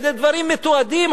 אלה דברים מתועדים,